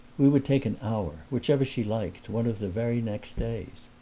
we would take an hour, whichever she liked, one of the very next days.